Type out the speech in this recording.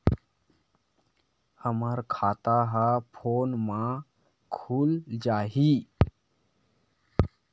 हमर खाता ह फोन मा खुल जाही?